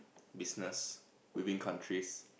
business within countries